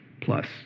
plus